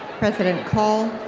president call,